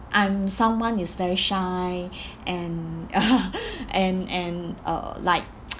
I'm someone is very shy and and and uh like